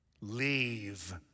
leave